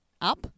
up